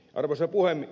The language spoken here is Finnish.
arvoisa puhemies